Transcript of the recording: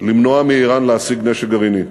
למנוע מאיראן להשיג נשק גרעיני.